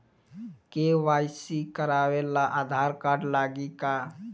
KYC करावे ला Aadhaar card लागी का?